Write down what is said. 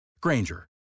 Granger